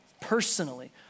personally